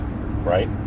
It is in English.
Right